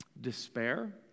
despair